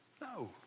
no